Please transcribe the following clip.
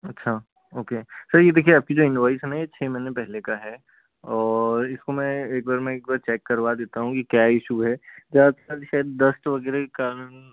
अच्छा okay sir ये देखिए आपकी जो ये इनवॉइस है ना ये छ महीने पहले का है और इसको मैं एक बार मैं एक बार चेक करवा देता हूँ की क्या इशू हैं या शायद शायद डस्ट वगैरह के कारण